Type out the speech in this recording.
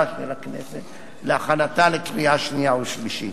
של הכנסת להכנתה לקריאה שנייה ושלישית.